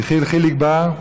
יחיאל חיליק בר,